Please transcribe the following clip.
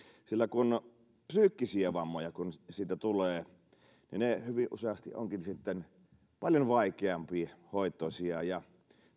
sillä kun psyykkisiä vammoja tulee niin ne hyvin useasti ovatkin sitten paljon vaikeampihoitoisia ja